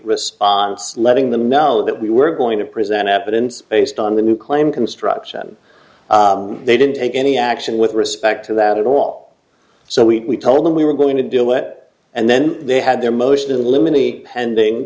response letting them know that we were going to present evidence based on the new claim construction they didn't take any action with respect to that at all so we told them we were going to do it and then they had their motion